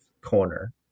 corner